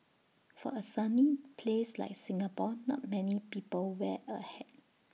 for A sunny place like Singapore not many people wear A hat